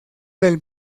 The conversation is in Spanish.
del